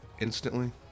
instantly